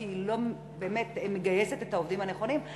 כי היא לא מגייסת את העובדים הנכונים.